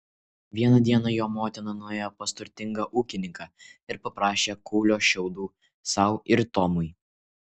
vieną dieną jo motina nuėjo pas turtingą ūkininką ir paprašė kūlio šiaudų sau ir tomui